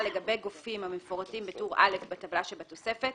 לגבי הגופים המפורטים בטור א' בטבלה שבתוספת,